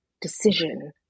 decision